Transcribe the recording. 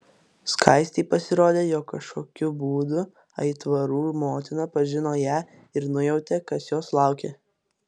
skaistei pasirodė jog kažkokiu būdu aitvarų motina pažino ją ir nujautė kas jos laukia